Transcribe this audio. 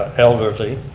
elderly,